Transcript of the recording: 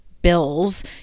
Bills